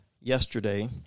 yesterday